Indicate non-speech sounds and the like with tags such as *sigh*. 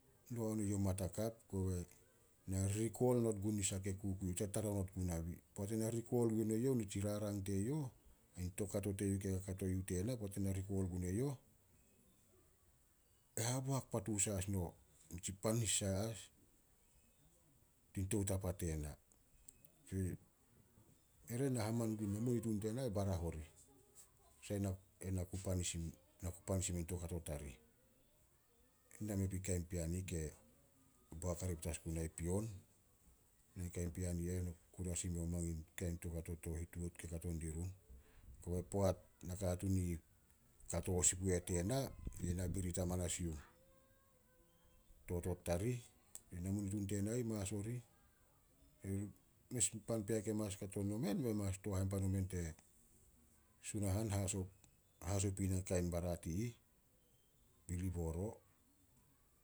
Noa on eyouh mat hakap, kobei na ririkol not gun nisah kei *unintelligible* tartara not guna. *unintelligible* Poat ena rikol gue youh nitsi rarang teyouh, ain toukato teyouh kei kakato yuh tena, poat na rikol gun eyouh, e haboak patu sai as no *unintelligible* panis *unintelligible* tin tou tapa tena. *hesitation* Ere na haman gui namunitun tena barah orih. *unintelligible* Na ku panis i mein toukato tarih. Na mei pui kain pean i ih ke boak hare petas gunai pion. Na kain pean i eh, na ku kure as imeo mangin, kain toukato to hituat ke kato dirun. Kobe poat nakatuun i ih kato sin pu eh tena, yi na birit amanas yuh totot tarih. Namunitun tena ih mas orih. *unintelligible* Mes in pan pea ke mas kato nomen, men mas tooh hainpan omen te Sunahan, haso- haso pui na kain barat i ih, Billy Boro.